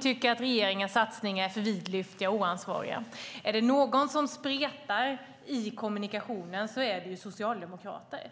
tycker de att regeringens satsningar är alltför vidlyftiga och oansvariga. Är det några som spretar i kommunikationen så är det socialdemokrater.